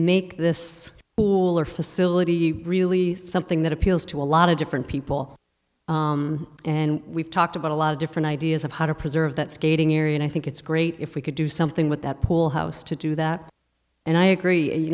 make this tool or facility really something that appeals to a lot of different people and we've talked about a lot of different ideas of how to preserve that skating area and i think it's great if we could do something with that pool house to do that and i agree